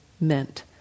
meant